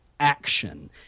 action